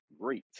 great